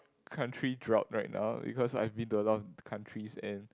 country drop right now because I've been to a lot countries and